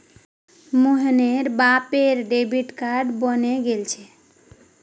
मोहनेर बापेर debit card बने गेल छे